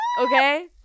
Okay